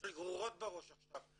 יש לי גרורות בראש עכשיו.